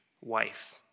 wife